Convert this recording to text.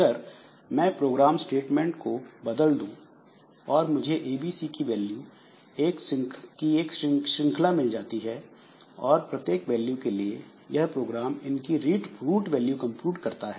अगर मैं program statement को बदल दूँ और मुझे एबी सी की वैल्यू की एक श्रृंखला मिल जाती है और प्रत्येक वैल्यू के लिए यह प्रोग्राम इसकी रूट वैल्यू कंप्यूट करता है